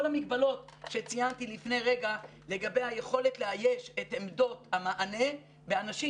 המגבלות שציינתי לפני רגע לגבי היכולת לאייש את עמדות המענה באנשים